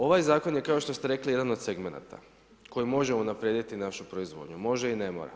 Ovaj zakon je kao što ste rekli jedan od segmenata koji može unaprijediti našu proizvodnju, može i ne mora.